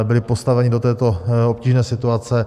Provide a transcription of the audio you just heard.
Byli postaveni do této obtížné situace.